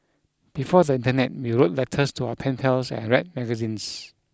before the internet we wrote letters to our pen pals and red magazines